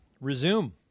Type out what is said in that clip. resume